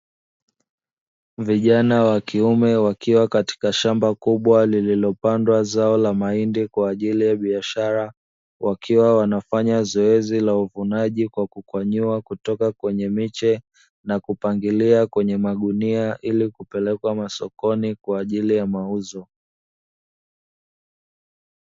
Vijana wa kiume wakiwa katika shamba kubwa lililopandwa zao la mahindi kwa ajili ya biashara, wakiwa wanafanya zoezi la uvunaji kwa kukwanyuwa kutoka kwenye miche na kupangilia kwenye magunia ili kupelekwa masokoni kwa ajili ya mauzo.